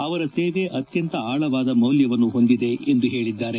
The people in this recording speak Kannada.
ಅವರ ಸೇವೆ ಅತ್ಯಂತ ಆಳವಾದ ಮೌಲವನ್ನು ಹೊಂದಿದೆ ಎಂದು ಹೇಳಿದ್ದಾರೆ